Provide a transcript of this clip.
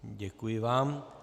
Děkuji vám.